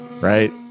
right